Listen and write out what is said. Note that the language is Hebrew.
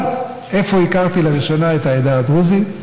אבל איפה הכרתי לראשונה את העדה הדרוזית?